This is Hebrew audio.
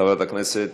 חברת הכנסת